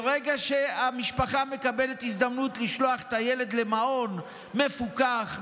ברגע שהמשפחה מקבלת הזדמנות לשלוח את הילד למעון מפוקח,